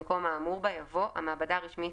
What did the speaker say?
במקום האמור בה יבוא "המעבדה הרשמית